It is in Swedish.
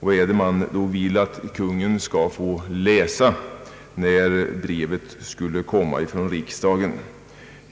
Vad är det då Kungl. Maj:t kommer att få läsa i brevet från riksdagen?